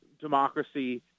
democracy